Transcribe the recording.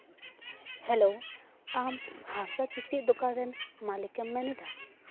hello ᱟᱢ ᱦᱟᱸᱥᱫᱟ ᱠᱤᱪᱨᱤᱡ ᱫᱚᱠᱟᱱ ᱨᱮᱱ ᱢᱟᱹᱞᱤᱠᱮᱢ ᱢᱮᱱ ᱮᱫᱟ